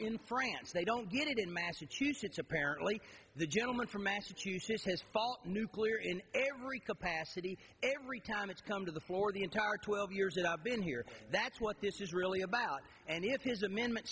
in france they don't get it in massachusetts apparently the gentleman from massachusetts has nuclear in every capacity every time it's come to the floor the entire twelve years that i've been here that's what this is really about and it is amendment